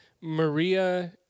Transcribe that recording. Maria